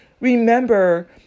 remember